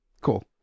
cool